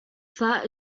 flat